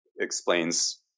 explains